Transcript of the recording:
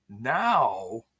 Now